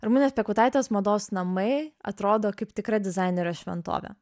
ramunės piekautaitės mados namai atrodo kaip tikra dizainerio šventovė